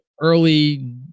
early